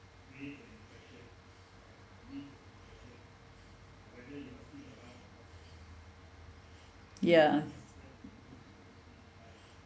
ya